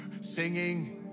singing